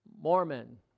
Mormon